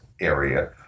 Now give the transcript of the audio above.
area